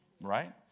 right